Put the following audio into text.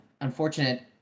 unfortunate